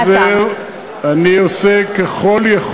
יודע בדיוק, עלי נאמר: יוסיף דעת יוסיף מכאוב.